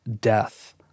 death